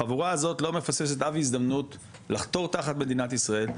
החבורה הזאת לא מפספסת אף הזדמנות לחתור תחת מדינת ישראל,